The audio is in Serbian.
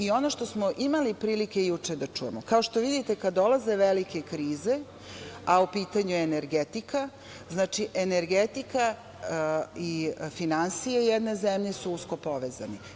Ono što smo imali prilike juče da čujemo, kao što vidite kada dolaze velike krize, a u pitanju je energetika, znači energetika i finansije jedne zemlje su usko povezane.